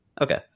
Okay